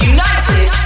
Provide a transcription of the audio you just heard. United